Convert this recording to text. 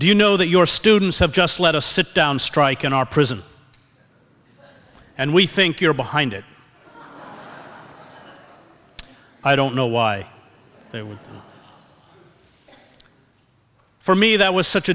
do you know that your students have just let a sit down strike in our prison and we think you're behind it i don't know why they were for me that was such